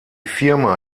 firma